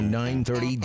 930